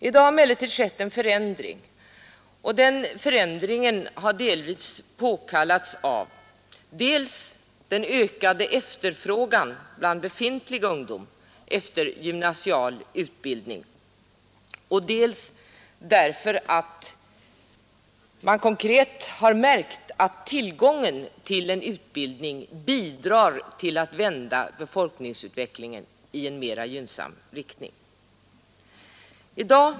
I dag har det emellertid skett en fö ndring, framkallad dels av ökad efterfrågan bland befintlig ungdom på gymnasial utbildning, dels av att man har märkt att tillgång till en utbildning bidrar till att vända befolkningsutvecklingen i en mera gynnsam riktning.